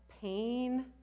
pain